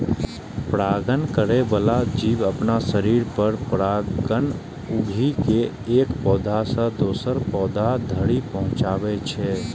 परागण करै बला जीव अपना शरीर पर परागकण उघि के एक पौधा सं दोसर पौधा धरि पहुंचाबै छै